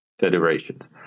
federations